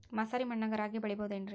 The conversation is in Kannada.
ಮಸಾರಿ ಮಣ್ಣಾಗ ರಾಗಿ ಬೆಳಿಬೊದೇನ್ರೇ?